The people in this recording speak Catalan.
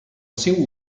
seu